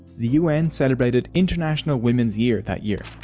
the un celebrated international women's year that year,